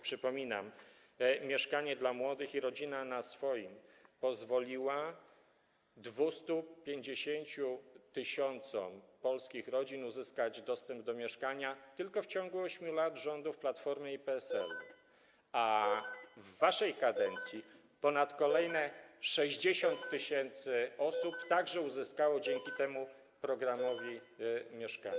Przypominam: „Mieszkanie dla młodych” i „Rodzina na swoim” pozwoliły 250 tys. polskich rodzin uzyskać dostęp do mieszkania tylko w ciągu 8 lat rządów Platformy i PSL-u, a w waszej kadencji kolejne ponad 60 tys. osób także uzyskało dzięki temu programowi mieszkania.